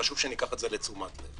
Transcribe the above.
וחשוב שניקח את זה לתשומת לב